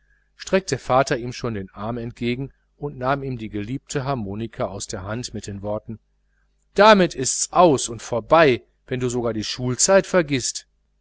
stufen streckte der vater ihm schon den arm entgegen und nahm ihm die geliebte harmonika aus der hand mit den worten damit ist's aus und vorbei wenn du sogar die schulzeit